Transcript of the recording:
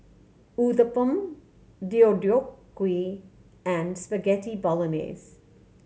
Uthapam Deodeok Gui and Spaghetti Bolognese